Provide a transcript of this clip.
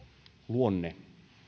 luonne